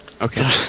Okay